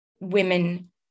women